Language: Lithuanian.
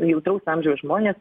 jautraus amžiaus žmonės